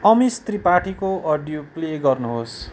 अमिश त्रिपाठीको audio play गर्नुहोस्